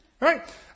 Right